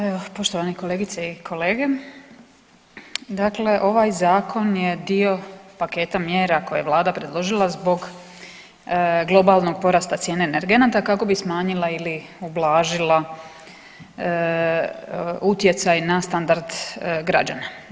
Evo poštovane kolegice i kolege, dakle ovaj zakon je dio paketa mjera koje je Vlada predložila zbog globalnog porasta cijene energenata kako bi smanjila ili ublažila utjecaj na standard građana.